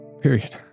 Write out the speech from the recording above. period